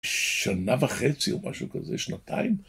שנה וחצי או משהו כזה, שנתיים.